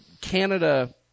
Canada